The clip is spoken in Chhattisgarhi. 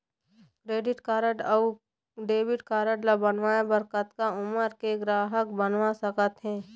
क्रेडिट कारड अऊ डेबिट कारड ला बनवाए बर कतक उमर के ग्राहक बनवा सका थे?